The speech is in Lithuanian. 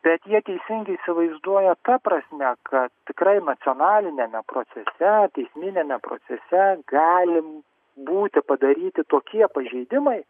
bet jie teisingai įsivaizduoja ta prasme kad tikrai nacionaliniame procese teisminiame procese gali būti padaryti tokie pažeidimai